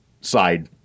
side